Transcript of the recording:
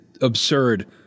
absurd